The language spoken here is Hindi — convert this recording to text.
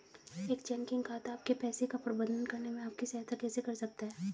एक चेकिंग खाता आपके पैसे का प्रबंधन करने में आपकी सहायता कैसे कर सकता है?